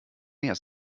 mehr